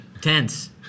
Tense